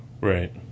Right